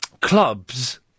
clubs